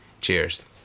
cheers